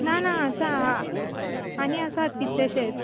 ना ना आसात आनी आसात कितलेशेंच